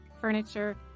furniture